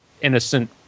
innocent